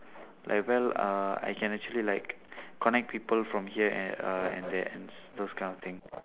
like well uh I can actually like connect people from here and uh and there those those kind of thing